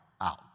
out